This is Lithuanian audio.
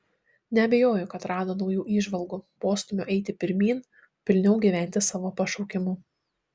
neabejoju kad rado naujų įžvalgų postūmio eiti pirmyn pilniau gyventi savo pašaukimu